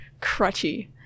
Crutchy